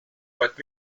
but